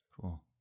Cool